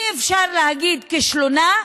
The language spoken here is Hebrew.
אי-אפשר להגיד "כישלונה",